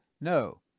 No